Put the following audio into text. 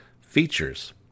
features